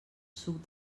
suc